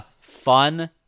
fun